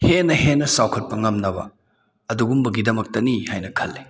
ꯍꯦꯟꯅ ꯍꯦꯟꯅ ꯆꯥꯎꯈꯠꯄ ꯉꯝꯅꯕ ꯑꯗꯨꯒꯨꯝꯕꯒꯤꯗꯃꯛꯇꯅꯤ ꯍꯥꯏꯅ ꯈꯜꯂꯤ